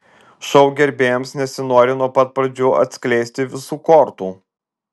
šou gerbėjams nesinori nuo pat pradžių atskleisti visų kortų